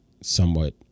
somewhat